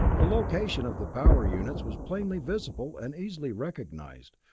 the location of the power units was plainly visible and easily recognized,